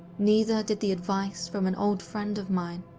neither did the advice from an old friend of mine,